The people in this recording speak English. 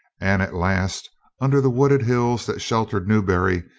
and at last under the wooded hills that sheltered newbury,